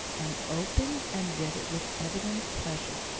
and opened and read it with evident pleasure,